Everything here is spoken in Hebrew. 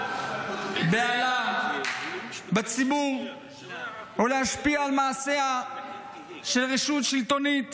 בהלה בציבור או להשפיע על מעשיה של רשות שלטונית